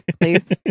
please